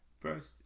First